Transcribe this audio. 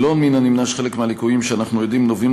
ולא מן הנמנע שחלק מהליקויים שלהם אנחנו עדים נובעים